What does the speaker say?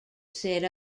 set